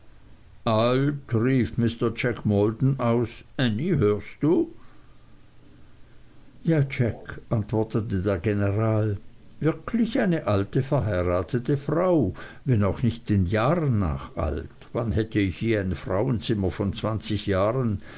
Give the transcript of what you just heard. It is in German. jack maldon aus ännie hörst du ja jack antwortete der general wirklich eine alte verheiratete frau wenn auch nicht den jahren nach alt wann hätte ich je ein frauenzimmer von zwanzig jahren